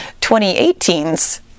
2018's